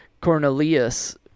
Cornelius